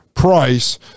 price